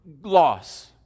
loss